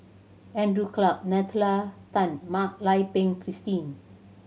Andrew Clarke Nalla Tan Mak Lai Peng Christine